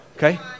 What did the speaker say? Okay